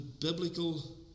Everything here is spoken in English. biblical